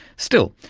still,